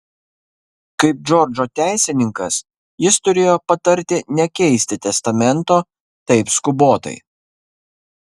kaip džordžo teisininkas jis turėjo patarti nekeisti testamento taip skubotai